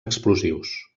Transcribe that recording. explosius